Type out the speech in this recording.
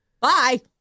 Bye